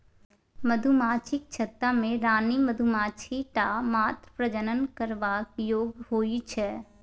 मधुमाछीक छत्ता मे रानी मधुमाछी टा मात्र प्रजनन करबाक योग्य होइ छै